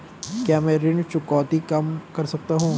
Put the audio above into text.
क्या मैं ऋण चुकौती कम कर सकता हूँ?